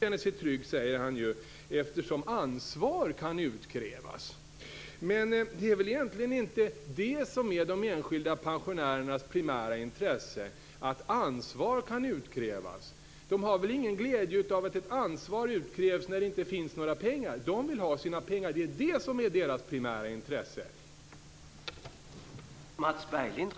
Mats Berglind säger att han själv känner sig trygg, eftersom ansvar kan utkrävas. Men de enskilda pensionärernas primära intresse är väl inte att ansvar kan utkrävas. De har väl ingen glädje av att ett ansvar utkrävs när det inte finns några pengar. Deras primära intresse är att de får sina pengar.